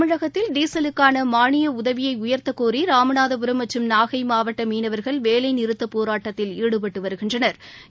தமிழகத்தில் டீசலுக்கான மானிய உதவியை உயர்த்தக்கோரி ராமநாதபுரம் மற்றம் நாகை மாவட்ட மீனவா்கள் வேலைநிறுத்தப் போராட்டத்தில் ஈடுபட்டு வருகின்றனா்